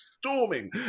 storming